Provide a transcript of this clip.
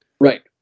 right